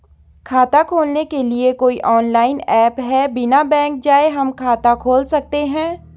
खाता खोलने के लिए कोई ऑनलाइन ऐप है बिना बैंक जाये हम खाता खोल सकते हैं?